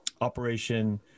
operation